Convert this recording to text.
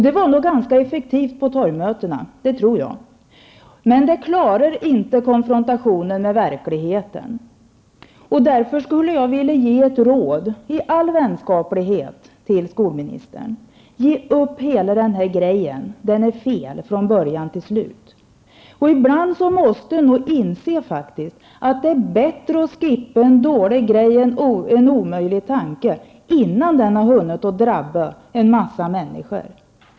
Det var nog ganska effektivt på torgmötena, det tror jag, men det klarar inte konfrontationen med verkligheten. Därför skulle jag vilja ge ett råd i all vänskaplighet till skolministern: Ge upp hela den här grejen, den är fel från början till slut! Ibland måste man nog faktiskt inse att det är bättre att skippa en omöjlig tanke innan den har hunnit drabba en massa människor.